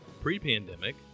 Pre-pandemic